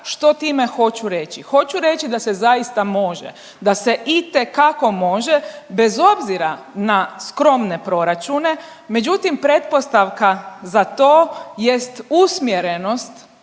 Što time hoću reći? Hoću reći da se zaista može. Da se itekako može bez obzira na skromne proračune, međutim, pretpostavka za to jest usmjerenost